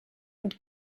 und